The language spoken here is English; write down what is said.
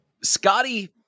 Scotty